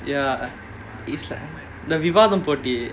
ya it's like விவாதம் போட்டி:vivaathaam potti